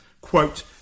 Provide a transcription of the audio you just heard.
quote